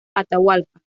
atahualpa